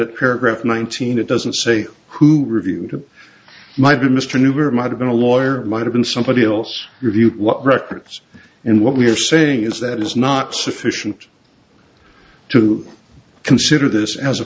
of paragraph nineteen it doesn't say who reviewed my dear mr new or might have been a lawyer might have been somebody else your view what records and what we're saying is that is not sufficient to consider this as a